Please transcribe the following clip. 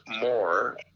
more